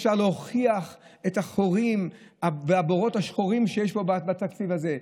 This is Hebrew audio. אפשר להוכיח את החורים והבורות השחורים שיש בתקציב הזה.